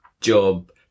job